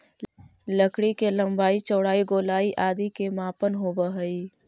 लकड़ी के लम्बाई, चौड़ाई, गोलाई आदि के मापन होवऽ हइ